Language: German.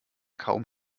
kaum